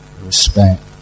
respect